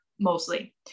mostly